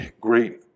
great